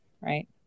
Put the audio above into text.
right